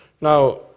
Now